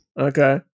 okay